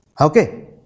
Okay